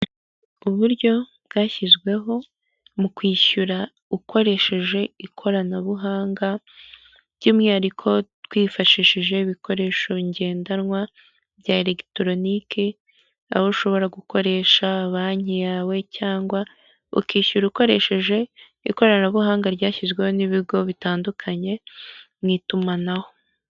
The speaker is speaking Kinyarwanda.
Uburyo bwashyizweho mu kwishyura ukoresheje ikoranabuhanga by'umwihariko twifashishije ibikoresho ngendanwa bya elegitoronike aho ushobora gukoresha banki yawe cyangwa ukishyura ukoresheje ikoranabuhanga ryashyizweho n'ibigo bitandukanye mu itumanaho.